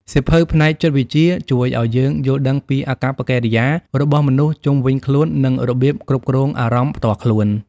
សៀវភៅផ្នែកចិត្តវិទ្យា ជួយឱ្យយើងយល់ដឹងពីអាកប្បកិរិយារបស់មនុស្សជុំវិញខ្លួន និងរបៀបគ្រប់គ្រងអារម្មណ៍ផ្ទាល់ខ្លួន។